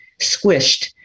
squished